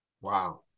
Wow